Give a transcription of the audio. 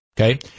Okay